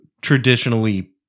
traditionally